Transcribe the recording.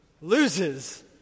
Loses